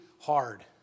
hard